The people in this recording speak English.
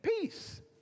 peace